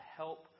help